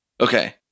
Okay